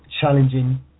Challenging